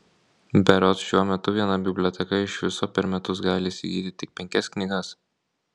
berods šiuo metu viena biblioteka iš viso per metus gali įsigyti tik penkias knygas